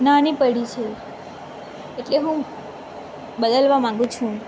નાની પડી છે એટલે હું બદલવા માંગુ છું